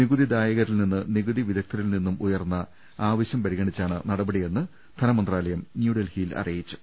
നികുതി ദായകരിൽ നിന്നും നികുതി വിദഗ്ധരിൽ നിന്നും ഉയർന്ന ആവശൃം പരിഗണിച്ചാണ് നടപടിയെന്ന് ധനമന്ത്രാലയം ന്യൂഡൽഹിയിൽ അറിയിച്ചു